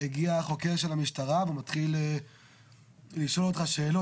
הגיע החוקר של המשטרה ומתחיל לשאול אותך שאלות.